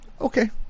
Okay